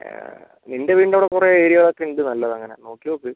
നിൻ്റെ വീടിൻ്റെ അവിടെ കുറേ എരിയകളൊക്കെ ഉണ്ട് നല്ലത് അങ്ങനെ നോക്കി നോക്ക്